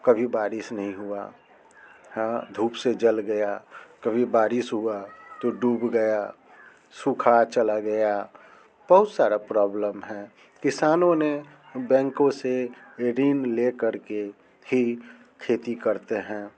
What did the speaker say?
कभी बारिश नहीं हुआ हाँ घूप से जल गया कभी बारिश हुआ तो डूब गया सूखा चला गया बहुत सारा प्रोब्लम है किसानों ने बैंको से ऋण ले करके ही खेती करते हैं